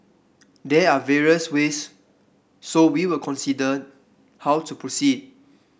there are various ways so we will consider how to proceed